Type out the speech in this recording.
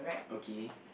okay